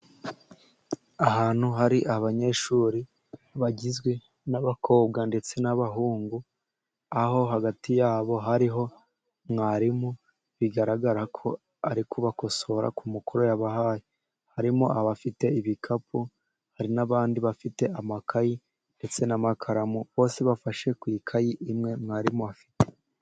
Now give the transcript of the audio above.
Ahantu hari abanyeshuri, bagizwe n'abakobwa ndetse n'abahungu, aho hagati yabo hariho, mwarimu bigaragara ko, ari kubakosora ku mukoro yabahaye, harimo abafite ibikapu, hari n'abandi bafite amakayi, ndetse n'amakaramu bose bafashe ku ikayi imwe mwarimu afite.